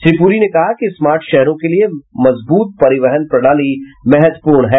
श्री पुरी ने कहा कि स्मार्ट शहरों के लिए मजबूत परिवहन प्रणाली महत्वपूर्ण है